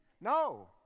No